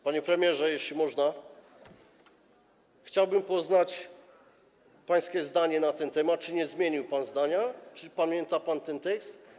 Panie premierze, jeśli można, chciałbym poznać pańskie zdanie na ten temat, czy nie zmienił pan zdania, czy pamięta pan ten tekst.